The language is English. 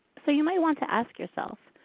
so you might want to ask yourself,